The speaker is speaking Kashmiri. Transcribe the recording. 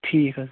ٹھیٖک حظ